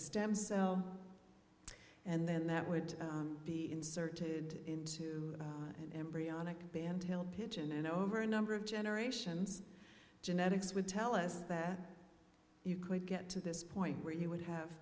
stem cell and then that would be inserted into an embryonic band hill pigeon and over a number of generations genetics would tell us that you could get to this point where he would have